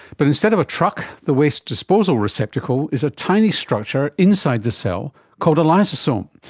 but instead of a truck, the waste disposal receptacle is a tiny structure inside the cell called a lysosome,